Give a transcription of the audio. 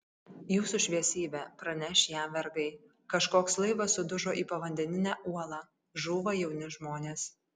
jūsų šviesybe praneš jam vergai kažkoks laivas sudužo į povandeninę uolą žūva jauni žmonės